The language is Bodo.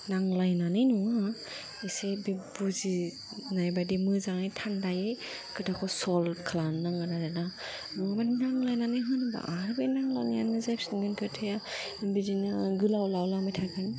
नांलायनानै नङा एसे बे बुजिनाय बायदि मोजाङै थान्दायै खोथाखौ स'ल्ब खालामनांगोन आरो ना नङाबा नांलायनानै होनबा आरो बे नांलाय नायानो जाफिनगोन बिदिनो खोथाया गोलाव लावलांबाय थागोन